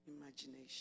imagination